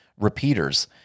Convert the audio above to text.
repeaters